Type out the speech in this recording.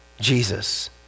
Jesus